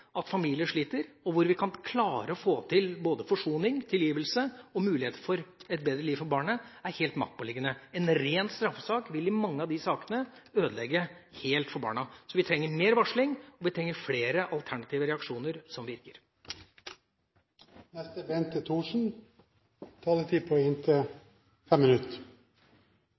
kan få til både forsoning, tilgivelse og mulighet for et bedre liv for barnet, er helt maktpåliggende. En ren straffesak vil i mange av disse sakene ødelegge helt for barna. Så vi trenger mer varsling, og vi trenger flere alternative reaksjoner som virker.